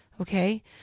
Okay